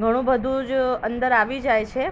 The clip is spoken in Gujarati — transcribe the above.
ઘણું બધું જ અંદર આવી જાય છે